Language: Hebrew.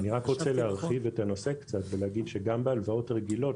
אני רוצה להרחיב את הנושא קצת ולהגיד שגם בהלוואות רגילות,